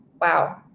Wow